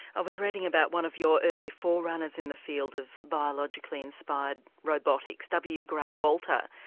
i was reading about one of your early forerunners in the field of biologically inspired robotics, w gray walter.